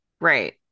Right